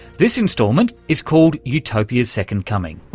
this instalment is called utopia's second coming.